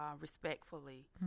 respectfully